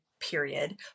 period